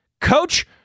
Coach